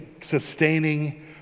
sustaining